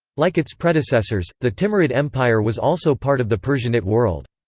like its predecessors, the timurid empire was also part of the persianate world.